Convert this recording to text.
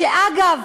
ואגב,